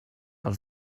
els